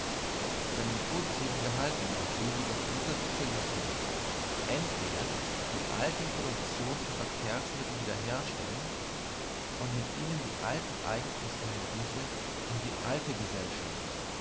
seinem posititiven gehalte nach will jedoch dieser sozialismus entweder die alten produktions und verkehrsmittel wiederherstellen und mit ihnen die alten eigentumsverhältnisse und die alte gesellschaft